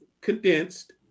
condensed